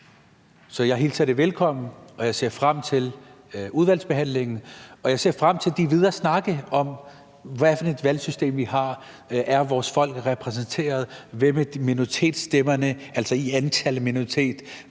Så jeg hilser det velkommen, jeg ser frem til udvalgsbehandlingen, og jeg ser frem til de videre snakke om, hvad for et valgsystem vi har, og om vores befolkning er repræsenteret – hvad med minoritetsstemmerne, altså i antal minoriteter,